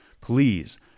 Please